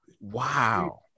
Wow